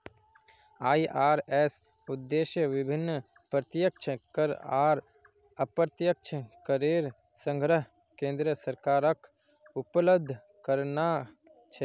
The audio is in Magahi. आई.आर.एस उद्देश्य विभिन्न प्रत्यक्ष कर आर अप्रत्यक्ष करेर संग्रह केन्द्र सरकारक उपलब्ध कराना छे